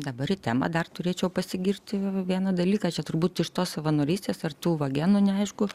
dabar į temą dar turėčiau pasigirti vieną dalyką čia turbūt iš tos savanorystės ar tų va genų neaišku